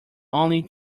only